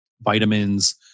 vitamins